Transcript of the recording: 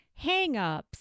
hangups